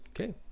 okay